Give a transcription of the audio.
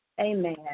Amen